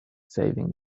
saving